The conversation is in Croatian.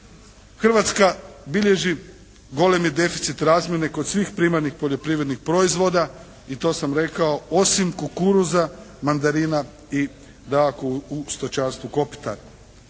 Hrvatska bilježi golemi deficit razmjene kod svih primarnih poljoprivrednih proizvoda i to sam rekao osim kukuruza, mandarina i dakako u stočarstvu kopitar.